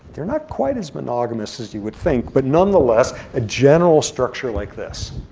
they're not quite as monogamous as you would think. but nonetheless, a general structure like this.